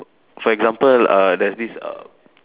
for example uh there's this uh